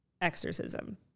exorcism